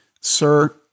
Sir